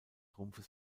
rumpfes